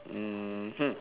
mmhmm